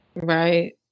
Right